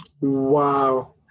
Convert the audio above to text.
Wow